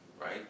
right